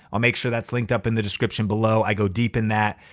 i'll make sure that's linked up in the description below. i go deep in that.